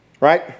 Right